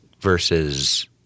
versus